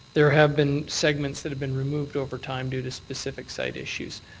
there have been segments that have been removed over time due to specific site issues.